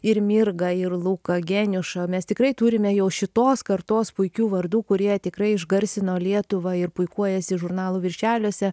ir mirgą ir luką geniušą mes tikrai turime jau šitos kartos puikių vardų kurie tikrai išgarsino lietuvą ir puikuojasi žurnalų viršeliuose